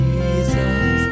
Jesus